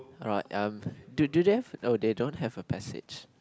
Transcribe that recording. alright um do they have oh they don't have a passage